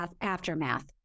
aftermath